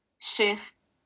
shift